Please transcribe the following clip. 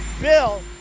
bill